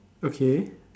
okay